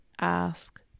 ask